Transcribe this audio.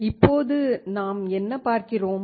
இப்போது நாம் என்ன பார்க்கிறோம்